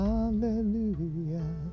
Hallelujah